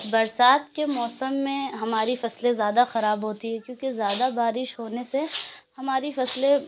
برسات کے موسم میں ہماری فصلیں زیادہ خراب ہوتی ہیں کیوں کہ زیادہ بارش ہونے سے ہماری فصلیں